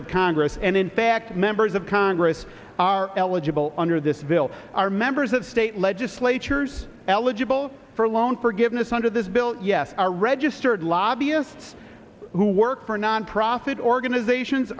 of congress and in fact members of congress are eligible under this bill are members of state legislatures eligible for loan forgiveness under this bill yes are registered lobbyists who work for nonprofit organizations